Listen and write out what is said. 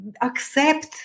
accept